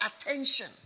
attention